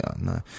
no